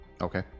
Okay